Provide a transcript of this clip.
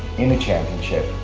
in the championship,